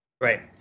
right